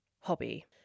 hobby